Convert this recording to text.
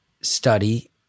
study